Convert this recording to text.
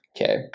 Okay